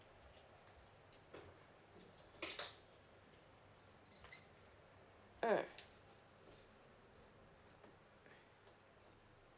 mm